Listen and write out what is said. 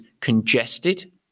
congested